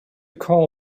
call